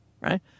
right